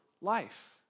life